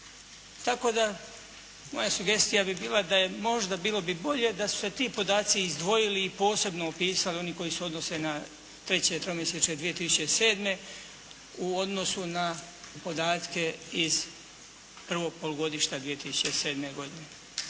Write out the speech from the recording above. Tako da, moja sugestija bi bila da je, možda bilo bi bolje da su se ti podaci izdvojili i posebno opisali oni koji se odnose na treće tromjesečje 2007. u odnosu na podatke iz prvog polugodišta 2007. godine.